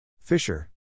Fisher